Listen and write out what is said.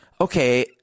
okay